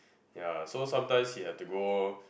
ya so sometimes he has to go